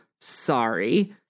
sorry